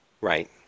Right